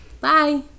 Bye